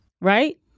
right